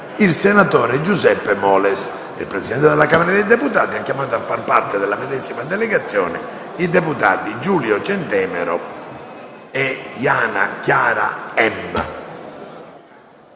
il senatore Giuseppe Moles. Il Presidente della Camera dei deputati ha chiamato a far parte della medesima delegazione i deputati Giulio Centemero e Yana Chiara